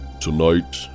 Tonight